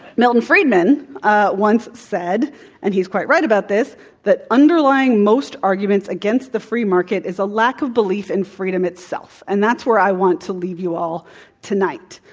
milton friedman once said and he's quite right about this that underlying most arguments against the free market is a lack of belief in freedom itself. and that's where i want to leave you all tonight.